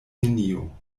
nenio